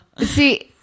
see